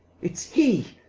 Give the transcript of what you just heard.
it's he.